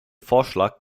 vorschlag